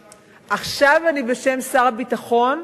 עכשיו אני מדברת בשם שר הביטחון.